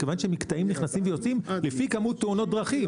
מכיוון שמקטעים נכנסים ויוצאים לפי כמות תאונות הדרכים.